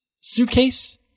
suitcase